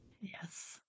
Yes